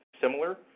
similar